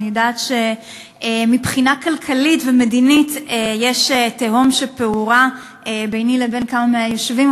אני יודעת שמבחינה כלכלית ומדינית תהום פעורה ביני לבין כמה מהיושבים,